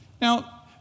Now